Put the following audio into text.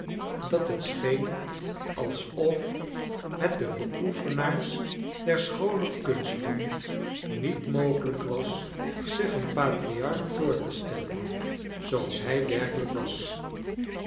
dat het scheen alsof het den beoefenaars der schoone kunsten niet mogelijk was zich een patriarch voor te stellen zooals hij werkelijk was